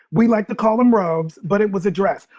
we like to call them robes, but it was a dress.